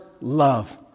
love